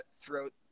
throughout